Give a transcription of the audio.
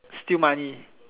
steal money